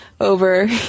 over